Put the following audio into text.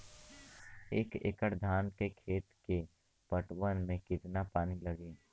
एक एकड़ धान के खेत के पटवन मे कितना पानी लागि?